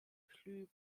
plus